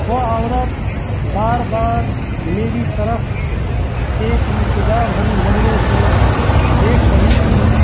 وہ عورت بار بار میری طرف ایک التجا بھری نظروں سے دیکھ رہی تھی